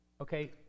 Okay